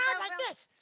um like this.